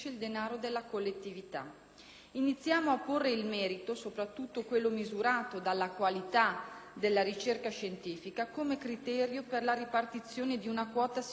Iniziamo a porre il merito, soprattutto quello misurato dalla qualità della ricerca scientifica, come criterio per la ripartizione di una quota significativa dei fondi statali,